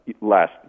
last